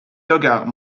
dugout